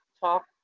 talk